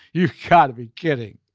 you've got to be kidding